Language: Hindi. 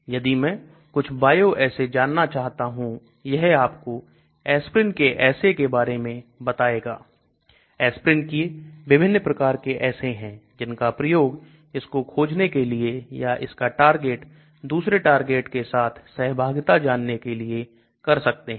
यदि मैं कुछ bioassay जानना चाहता हूं यह आपको aspirin के assay के बारे में बताएगा Aspirin के विभिन्न प्रकार के assay हैं जिनका प्रयोग इसको खोजने के लिए या इसका दूसरे टारगेट के साथ सहभागिता जानने के लिए कर सकते हैं